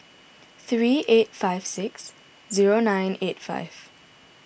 three eight five six zero nine eight five